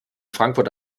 frankfurt